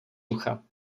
ducha